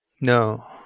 No